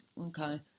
okay